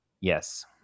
Yes